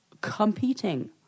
competing